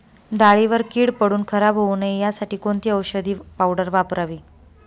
डाळीवर कीड पडून खराब होऊ नये यासाठी कोणती औषधी पावडर वापरावी?